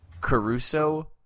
Caruso